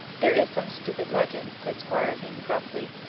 there is some stupid legend, said squire vane gruffly.